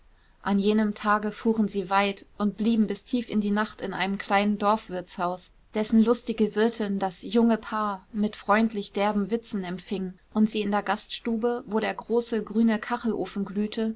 an jenem tage fuhren sie weit und blieben bis tief in die nacht in einem kleinen dorfwirtshaus dessen lustige wirtin das junge paar mit freundlich derben witzen empfing und sie in der gaststube wo der große grüne kachelofen glühte